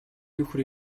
нөхөр